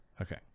okay